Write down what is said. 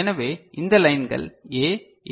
எனவே இந்த லைன்கள் A